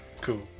Cool